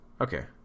Okay